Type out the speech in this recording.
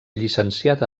llicenciat